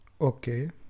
okay